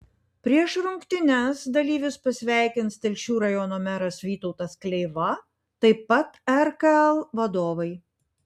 prieš rungtynes dalyvius pasveikins telšių rajono meras vytautas kleiva taip pat rkl vadovai